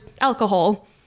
alcohol